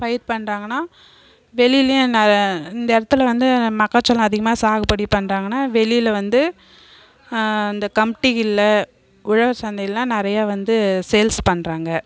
பயிர் பண்ணுறாங்கனா வெளிலையும் இந்த இடத்துல வந்து மக்காச்சோளம் அதிகமாக சாகுபடி பண்ணுறாங்கனா வெளியில் வந்து அந்த கம்டியில் உழவர் சந்தையெலாம் நிறைய வந்து சேல்ஸ் பண்ணுறாங்க